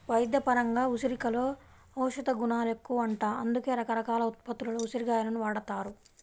వైద్యపరంగా ఉసిరికలో ఔషధగుణాలెక్కువంట, అందుకే రకరకాల ఉత్పత్తుల్లో ఉసిరి కాయలను వాడతారు